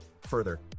Further